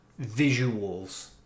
visuals